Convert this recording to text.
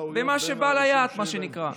במה שבא ליד, מה שנקרא.